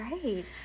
great